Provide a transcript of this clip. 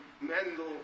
Mendel